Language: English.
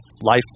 life